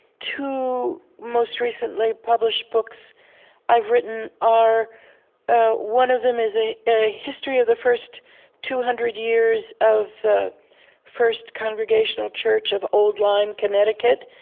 two most recently published books i've written are ah one of them is a a history of the first two hundred years of the first congregational church of old lyme, connecticut.